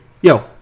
Yo